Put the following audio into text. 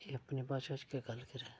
एह् अपनी भाशा च गै गल्ल करै